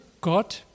God